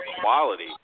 quality